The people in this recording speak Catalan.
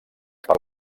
per